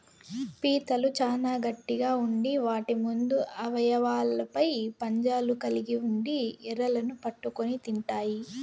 పీతలు చానా గట్టిగ ఉండి వాటి ముందు అవయవాలపై పంజాలు కలిగి ఉండి ఎరలను పట్టుకొని తింటాయి